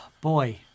Boy